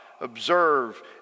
observe